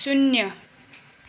शून्य